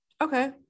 okay